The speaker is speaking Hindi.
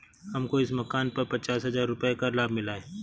हमको इस मकान पर पचास हजार रुपयों का लाभ मिला है